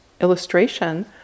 illustration